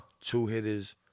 two-hitters